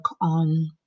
on